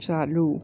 चालू